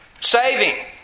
Saving